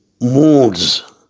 moods